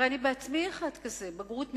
הרי אני בעצמי אחד כזה, בגרות מצוינת,